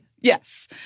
Yes